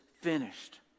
finished